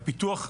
הפיתוח,